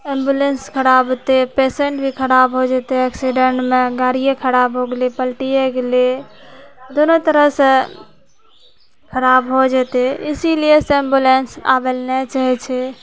ambulance खराब होतै patient भी खराब हो जेतै एक्सीडेंटमे गाड़िये खराब हो गेलै पलटिए गेलै दुनू तरह सँ खराब हो जेतै इसीलिए सब एम्बुलेन्स आबय लए नहि चाहै छै